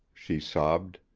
she sobbed.